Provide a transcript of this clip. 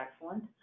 excellent